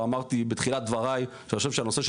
אבל אמרתי בתחילת דבריי שאני חושב שהנושא של